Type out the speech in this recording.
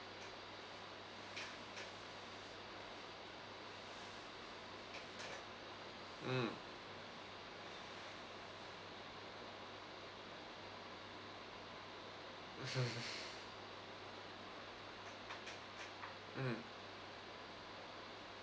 mm mm